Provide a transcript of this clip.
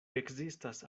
ekzistas